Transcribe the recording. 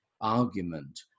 argument